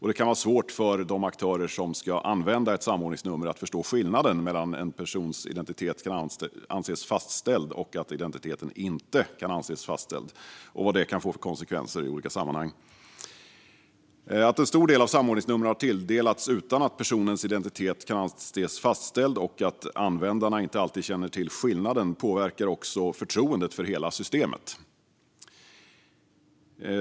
Det kan vara svårt för de aktörer som ska använda ett samordningsnummer att förstå skillnaden mellan att en persons identitet kan anses vara fastställd och att en persons identitet inte kan anses vara fastställd och vad det kan få för konsekvenser i olika sammanhang. Att en stor del av samordningsnumren har tilldelats utan att personens identitet kan anses vara fastställd och att användarna inte alltid känner till skillnaden påverkar också förtroendet för hela systemet.